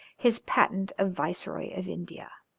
his patent of viceroy of india.